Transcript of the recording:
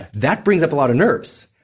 that brings up a lot of nerves.